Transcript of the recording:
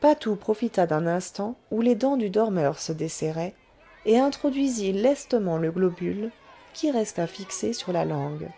patou profita d'un instant où les dents du dormeur se desserraient et introduisit lestement le globule qui resta fixé sur la langue